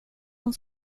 hon